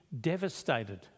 devastated